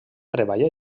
treballa